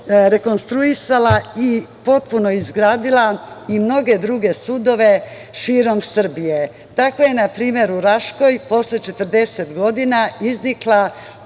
rekonstruisala i potpuno izgradila i mnoge druge sudove širom Srbije. Tako je u Raškoj posle 40 godina iznikla